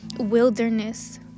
wilderness